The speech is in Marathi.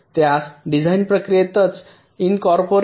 त्यास डिझाइन प्रक्रियेतच इनकॉर्पोरेट किंवा एम्बेड केले जावे